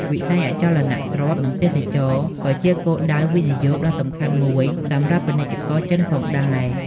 វិស័យអចលនទ្រព្យនិងទេសចរណ៍ក៏ជាគោលដៅវិនិយោគដ៏សំខាន់មួយសម្រាប់ពាណិជ្ជករចិនផងដែរ។